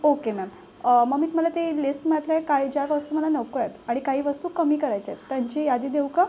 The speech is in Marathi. ओके मॅम मग मी तुम्हाला ते लिस्टमधले काही ज्या वस्तू मला नको आहेत आणि काही वस्तू कमी करायच्या आहेत त्यांची यादी देऊ का